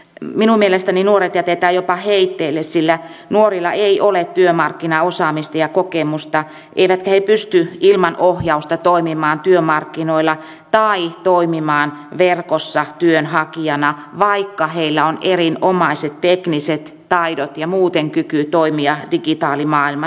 minun mielestäni nuoret jätetään jopa heitteille sillä nuorilla ei ole työmarkkinaosaamista ja kokemusta eivätkä he pysty ilman ohjausta toimimaan työmarkkinoilla tai toimimaan verkossa työnhakijoina vaikka heillä on erinomaiset tekniset taidot ja muuten kyky toimia digitaalimaailmassa